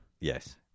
Yes